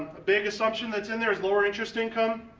a big assumption that's in there is lower interest income.